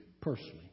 personally